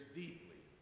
deeply